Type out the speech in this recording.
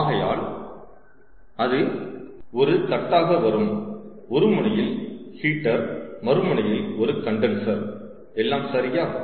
ஆகையால் அது ஒரு தட்டாக வரும் ஒரு முனையில் ஹீட்டர் மறுமுனையில் ஒரு கண்டன்சர் எல்லாம் சரியா